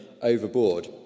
overboard